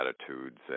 attitudes